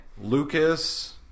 Lucas